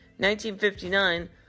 1959